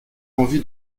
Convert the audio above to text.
envie